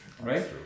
right